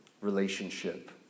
relationship